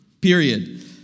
period